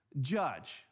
judge